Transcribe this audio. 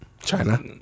China